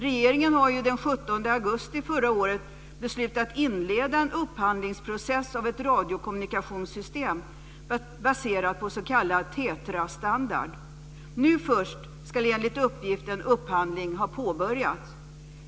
Regeringen har ju den 17 augusti förra året beslutat inleda en upphandlingsprocess av ett radiokommunikationssystem baserat på s.k. TETRA-standard. Nu först ska enligt uppgift en upphandling ha påbörjats.